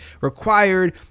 required